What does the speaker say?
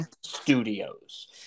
studios